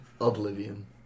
Oblivion